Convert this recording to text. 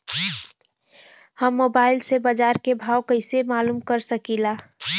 हम मोबाइल से बाजार के भाव मालूम कइसे कर सकीला?